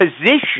position